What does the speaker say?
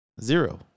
Zero